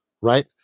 Right